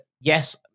yes